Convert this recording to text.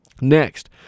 Next